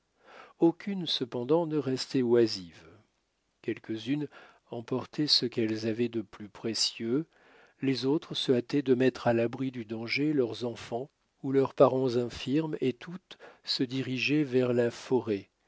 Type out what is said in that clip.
aucune cependant ne restait oisive quelques-unes emportaient ce qu'elles avaient de plus précieux les autres se hâtaient de mettre à l'abri du danger leurs enfants ou leurs parents infirmes et toutes se dirigeaient vers la forêt